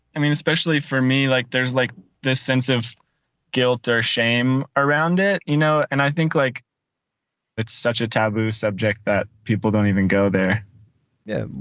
i mean, especially for me, like there's like this sense of guilt or shame around it, you know. and i think like it's such a taboo subject that people don't even go there yeah.